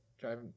driving